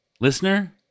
Listener